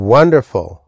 Wonderful